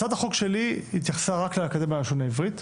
הצעת החוק שלי התייחסה רק לאקדמיה ללשון עברית,